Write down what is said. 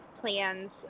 plans